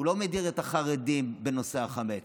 הוא לא מדיר את החרדים בנושא החמץ.